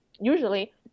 usually